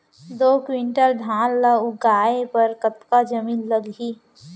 दो क्विंटल धान ला उगाए बर कतका जमीन लागही?